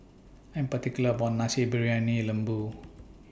I'm particular about My Nasi Briyani Lembu